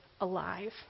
alive